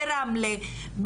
ברמלה,